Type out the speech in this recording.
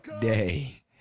day